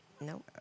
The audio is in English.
No